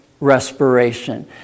respiration